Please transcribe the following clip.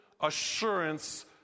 assurance